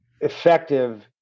effective